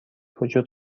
وجود